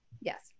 Yes